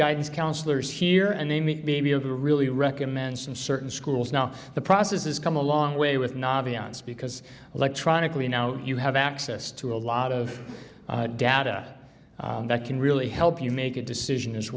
guidance counselors here and they may be able to really recommend some certain schools now the process is come a long way with nobby ons because electronically now you have access to a lot of data that can really help you make a decision as